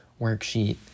worksheet